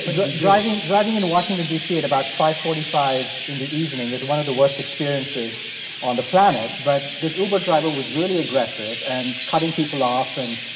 but driving driving in washington, d c, at about five forty five in the evening is one of the worst experiences on the planet. but this uber driver was really aggressive and cutting people off and,